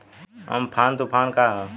Amphan तुफान का ह?